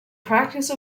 practice